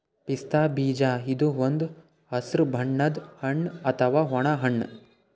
ಪಿಸ್ತಾ ಬೀಜ ಇದು ಒಂದ್ ಹಸ್ರ್ ಬಣ್ಣದ್ ಹಣ್ಣ್ ಅಥವಾ ಒಣ ಹಣ್ಣ್